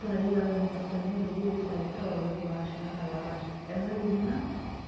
പഴയകാലം മുതൽ തന്നെ വലിയ ഒരു ചരിത്രമുള്ള ഒരു ഭാഷയാണ് മലയാള ഭാഷ എന്നാൽ ഇന്ന്